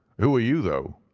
who are you, though?